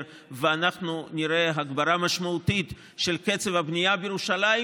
ושאנחנו נראה הגברה משמעותית של קצב הבנייה בירושלים,